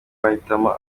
bahitamo